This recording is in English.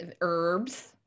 herbs